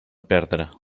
perdre